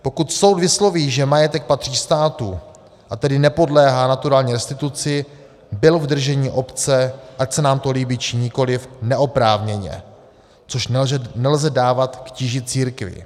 Pokud soud vysloví, že majetek patří státu, a tedy nepodléhá naturální restituci, byl v držení obce, ať se nám to líbí, či nikoliv, neoprávněně, což nelze dávat k tíži církvi.